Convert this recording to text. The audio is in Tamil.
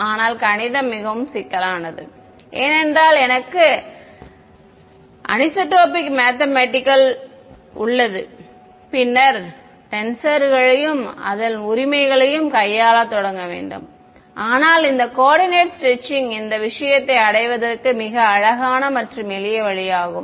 ஆனால் கணிதம் மிகவும் சிக்கலானது ஏனென்றால் எனக்கு அனிசோட்ரோபிக் மேத்தமெட்டிக்கல் உள்ளது பின்னர் நான் டென்சர்களையும் அந்த உரிமையையும் கையாளத் தொடங்க வேண்டும் ஆனால் இந்த கோஓர்டினேட் ஸ்ட்ரெட்சிங் இந்த விஷயத்தை அடைவதற்கான மிக அழகான மற்றும் எளிய வழியாகும்